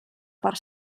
per